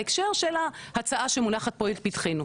בהקשר של ההצעה שמונחת פה לפתחנו.